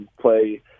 Play